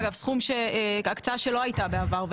אגב סכום של הקצאה שלא הייתה בעבר,